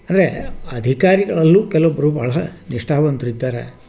ಅಂದರೆ ಅಧಿಕಾರಿಗಳಲ್ಲೂ ಕೆಲವೊಬ್ರು ಭಾಳ ನಿಷ್ಠಾವಂತರಿದ್ದಾರೆ